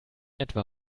etwa